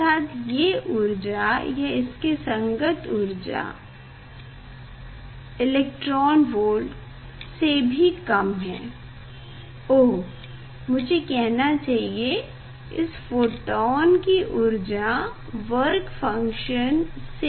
अर्थात ये ऊर्जा या इसके संगत ऊर्जा eV से भी कम है ओह मुझे कहना चाहिए इस फोटोन की ऊर्जा वर्क फंक्शन से कम है